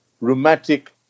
rheumatic